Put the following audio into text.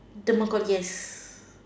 democrat gas